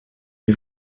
les